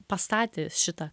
pastatė šitą